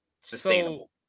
sustainable